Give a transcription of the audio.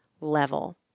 level